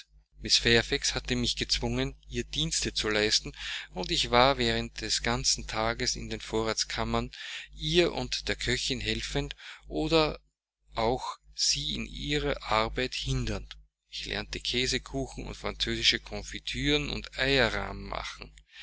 hatte mich gezwungen ihr dienste zu leisten und ich war während des ganzen tages in den vorratskammern ihr und der köchin helfend oder auch sie in ihrer arbeit hindernd ich lernte käsekuchen und französische confituren und eierrahm machen